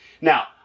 Now